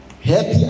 happy